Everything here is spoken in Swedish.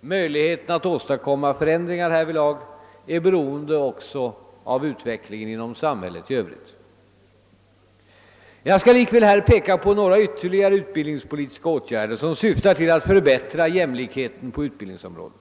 Möjligheterna att åstadkomma förändringar härvidlag är beroende också av utvecklingen inom samhället i övrigt. Jag skall likväl här peka på ytterligare några utbildningspolitiska åtgärder som syftar till att förbättra jämlikheten på utbildningsområdet.